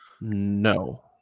no